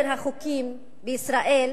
החוקים בישראל,